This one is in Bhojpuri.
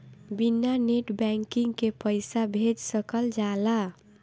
बिना नेट बैंकिंग के पईसा भेज सकल जाला?